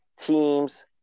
teams